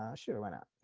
um sure went out.